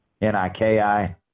N-I-K-I